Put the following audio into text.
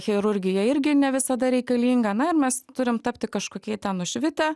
chirurgija irgi ne visada reikalinga na ir mes turim tapti kažkokie nušvitę